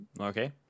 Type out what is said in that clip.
okay